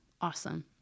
awesome